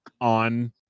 on